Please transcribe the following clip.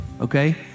okay